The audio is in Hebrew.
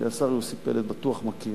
שהשר יוסי פלד בטוח מכיר,